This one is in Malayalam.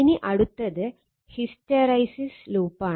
ഇനി അടുത്തത് ഹിസ്റ്റെറിസിസ് ലൂപ്പാണ്